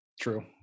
true